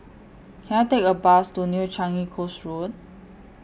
Can I Take A Bus to New Changi Coast Road